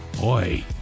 Boy